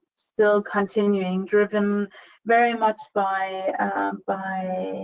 still continuing, driven very much by by